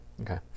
Okay